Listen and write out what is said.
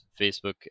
Facebook